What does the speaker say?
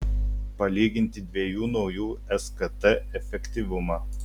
palyginti dviejų naujų skt efektyvumą